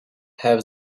have